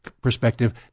perspective